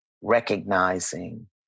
recognizing